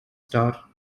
star